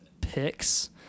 picks